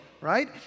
right